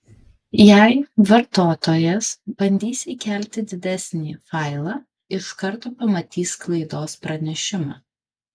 jei vartotojas bandys įkelti didesnį failą iš karto pamatys klaidos pranešimą